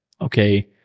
okay